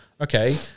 Okay